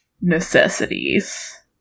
necessities